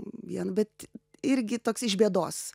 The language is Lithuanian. vien bet irgi toks iš bėdos